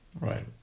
Right